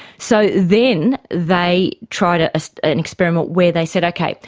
so then they tried ah so an experiment where they said, okay,